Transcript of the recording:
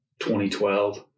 2012